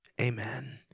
Amen